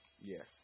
Yes